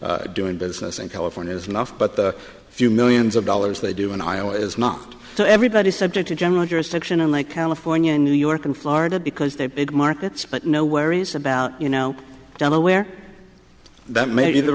doing business in california is enough but the few millions of dollars they do in iowa is not so everybody is subject to general jurisdiction unlike california new york and florida because they're big markets but no worries about you know delaware that may be the